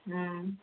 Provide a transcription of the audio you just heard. ହଁ